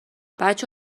بچه